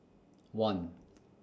one